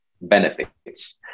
benefits